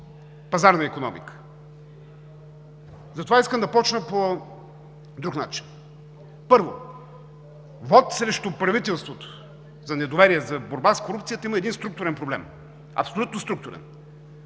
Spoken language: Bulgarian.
пазарна икономика? Затова искам да започна по друг начин. Първо, вот срещу правителството за недоверие, за борба с корупцията има един структурен проблем, абсолютно структурен.